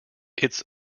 its